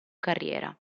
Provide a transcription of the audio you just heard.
carriera